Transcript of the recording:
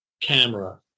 camera